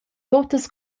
tuttas